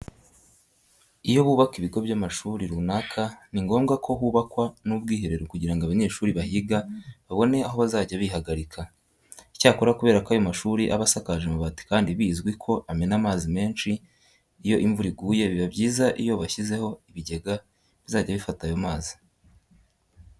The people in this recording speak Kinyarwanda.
Iyo bubaka ibigo by'amashuri runaka ni ngombwa ko hubakwa n'ubwiherero kugira ngo abanyeshuri bahiga babone aho bazajya bihagarika. Icyakora kubera ko ayo mashuri aba asakaje amabati kandi bizwi ko amena amazi menshi iyo imvura iguye biba byiza iyo bashyizeho ibigega bizajya bifata ayo mazi.